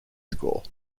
school